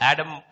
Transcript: Adam